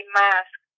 mask